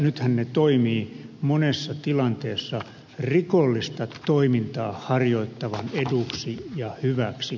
nythän nämä toimivat monessa tilanteessa rikollista toimintaa harjoittavan eduksi ja hyväksi